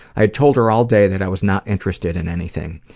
i told her all day that i was not interested in anything.